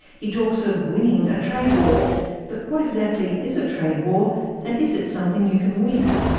he talks of winning a trade war but what exactly is a trade war and is it something you can win?